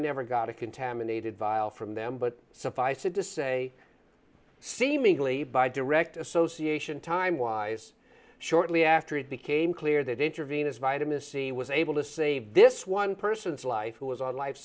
never got a contaminated vile from them but suffice it to say seemingly by direct association time wise shortly after it became clear that intervene as vitamin c was able to save this one person's life who was on life